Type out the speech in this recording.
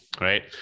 Right